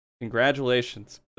Congratulations